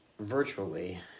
virtually